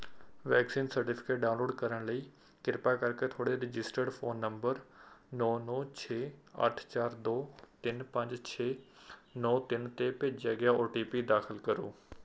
vaccine certificate download ਕਰਨ ਲਈ ਕਿਰਪਾ ਕਰਕੇ ਤੁਹਾਡੇ ਰਜਿਸਟਰਡ ਫ਼ੋਨ ਨੰਬਰ ਨੌਂ ਨੌਂ ਛੇ ਅੱਠ ਚਾਰ ਦੋ ਤਿੰਨ ਪੰਜ ਛੇ ਨੌਂ ਤਿੰਨ 'ਤੇ ਭੇਜਿਆ ਗਿਆ ਓ ਟੀ ਪੀ ਦਾਖਲ ਕਰੋ